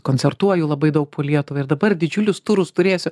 koncertuoju labai daug po lietuvą ir dabar didžiulius turus turėsiu